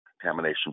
contamination